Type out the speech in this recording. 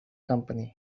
company